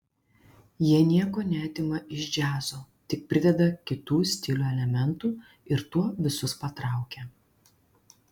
jie nieko neatima iš džiazo tik prideda kitų stilių elementų ir tuo visus patraukia